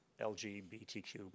LGBTQ